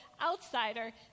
outsider